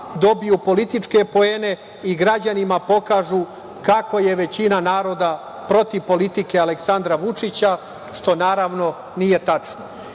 dobiju političke poene i građanima pokažu kako je većina naroda protiv politike Aleksandra Vučića, što naravno nije tačno. Ne